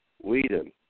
Whedon